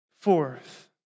Fourth